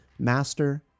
Master